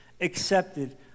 accepted